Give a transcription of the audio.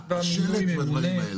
--- אה, השלט והדברים האלה.